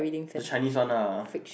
the Chinese one ah